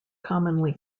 commonly